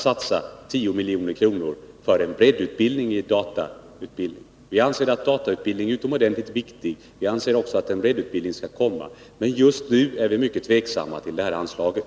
— satsa 10 milj.kr. för en breddutbildning i datafrågor. Vi anser också att datautbildning är utomordentligt viktig. Vi anser att en breddutbildning skall komma, men just nu kan vi inte acceptera det här anslaget.